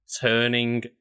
turning